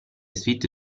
suite